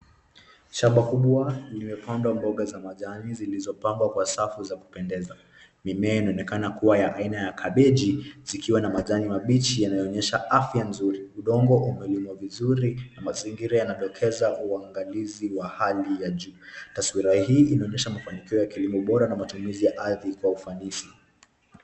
Shamba kubwa limepandwa mboga za majani zilizopangwa kwa safu za kupendeza. Mimea inaonekana kuwa ya aina ya kabeji zikiwa na majani mabachi yanayoonesha afya nzuri. Udongo umelimwa vizuri na mazingira yanadokeza uangalizi wa hali ya juu. Taswira hii inaonesha mafanikio ya kilimo bora na matumizi ya ardhi kwa ufanisi.